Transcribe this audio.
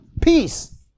peace